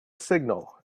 signal